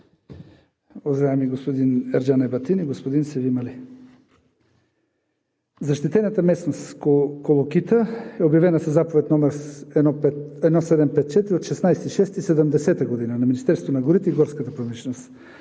Уважаеми господин Ерджан Ебатин и господин Севим Али, защитената местност „Колокита“ е обявена със заповед № 1754 от 16 юни 1970 г. на Министерството на горите и горската промишленост.